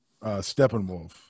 Steppenwolf